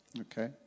Okay